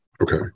okay